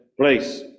place